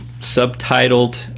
subtitled